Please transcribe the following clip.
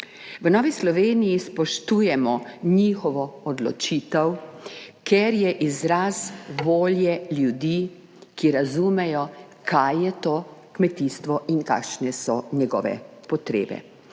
V Novi Sloveniji spoštujemo njihovo odločitev, ker je izraz volje ljudi, ki razumejo, kaj je to kmetijstvo in kakšne so njegove potrebe.